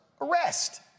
arrest